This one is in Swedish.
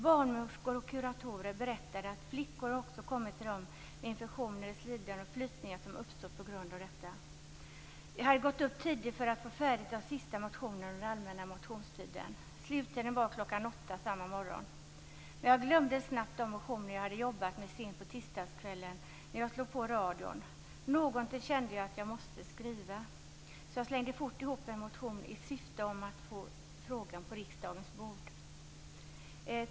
Barnmorskor och kuratorer berättade att flickor också kommit till dem med infektioner i slidan och flytningar som uppstått på grund av detta. Jag hade gått upp tidigt för att få de sista motionerna under allmänna motionstiden färdiga. Sluttiden var klockan åtta samma morgon. Men jag glömde snabbt de motioner jag hade jobbat med sent på tisdagskvällen när jag slog på radion. Någonting kände jag att jag måste skriva, så jag slängde fort ihop en motion i syfte att få upp frågan på riksdagens bord.